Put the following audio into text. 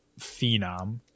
phenom